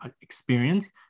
experience